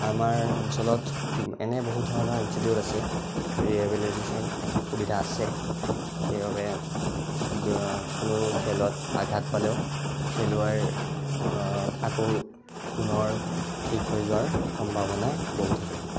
আমাৰ অঞ্চলত এনে বহু ধৰণৰ ইনষ্টিটিউট আছে ৰিহেবিলিটেচন সুবিধা আছে সেইবাবে কোনো খেলত আঘাত পালেও খেলুৱৈৰ আকৌ পুনৰ ঠিক হৈ যোৱাৰ সম্ভাৱনা বহু থাকে